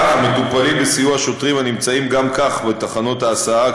המטופלים בסיוע שוטרים הנמצאים גם כך בתחנות ההסעה,